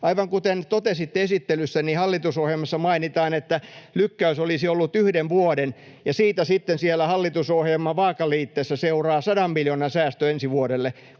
Aivan kuten totesitte esittelyssä: hallitusohjelmassa mainitaan, että lykkäys olisi ollut yhden vuoden, ja siitä sitten siellä hallitusohjelman vaakaliitteessä seuraa 100 miljoonan säästö ensi vuodelle,